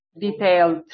detailed